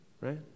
right